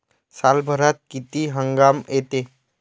सालभरात किती हंगाम येते?